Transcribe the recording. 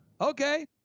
okay